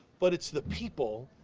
but it's the people,